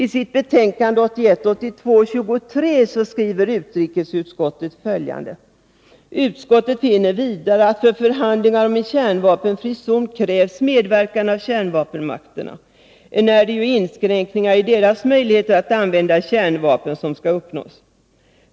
I sitt betänkande 1981/82:23 skriver utrikesutskottet följande: ”Utskottet finner vidare att för förhandlingar om en kärnvapenfri zon krävs medverkan av kärnvapenmakterna, enär det ju är inskränkningar i deras möjligheter att använda kärnvapen som skall uppnås.